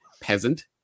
peasant